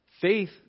Faith